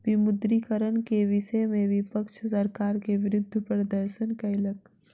विमुद्रीकरण के विषय में विपक्ष सरकार के विरुद्ध प्रदर्शन कयलक